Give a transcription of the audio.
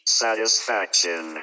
satisfaction